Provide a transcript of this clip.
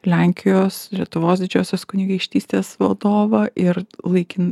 lenkijos lietuvos didžiosios kunigaikštystės valdovą ir laikin